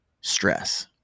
stress